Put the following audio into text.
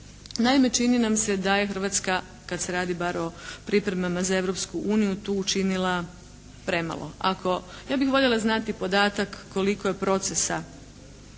Naime, čini nam se da je Hrvatska kad se radi bar o pripremama za Europsku uniju, tu učinila premalo. Ako, ja bih voljela znati podatak koliko je procesa,